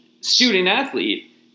student-athlete